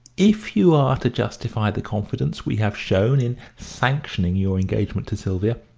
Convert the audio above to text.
if you are to justify the confidence we have shown in sanctioning your engagement to sylvia,